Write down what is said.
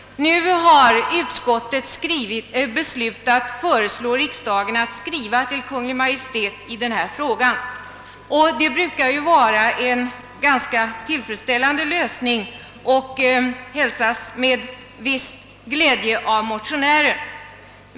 Nu har utskottet beslutat föreslå riksdagen att skriva till Kungl. Maj:t i denna fråga, och det brukar ju vara en ganska tillfredsställande lösning och hälsas med en viss glädje av motionärer.